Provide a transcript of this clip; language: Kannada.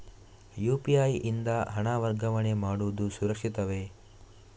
ಯು.ಪಿ.ಐ ಯಿಂದ ಹಣ ವರ್ಗಾವಣೆ ಮಾಡುವುದು ಸುರಕ್ಷಿತವೇ?